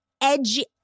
Edgy